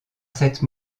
cette